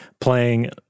playing